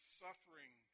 suffering